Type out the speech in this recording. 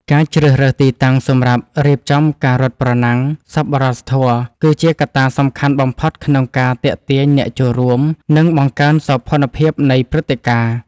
ការជ្រើសរើសទីតាំងសម្រាប់រៀបចំការរត់ប្រណាំងសប្បុរសធម៌ គឺជាកត្តាសំខាន់បំផុតក្នុងការទាក់ទាញអ្នកចូលរួម និងបង្កើនសោភ័ណភាពនៃព្រឹត្តិការណ៍។